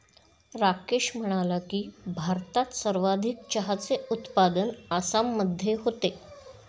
राकेश म्हणाला की, भारतात सर्वाधिक चहाचे उत्पादन आसाममध्ये होते